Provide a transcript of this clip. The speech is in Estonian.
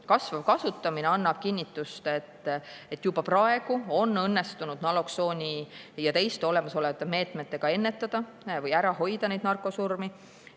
kasvav kasutamine annab kinnitust, et juba praegu on õnnestunud naloksooni ja teiste olemasolevate meetmetega ennetada või ära hoida narkosurmi.